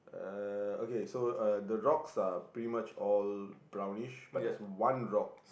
uh okay so uh the rocks are pretty much all brownish but there's one rock